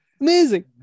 Amazing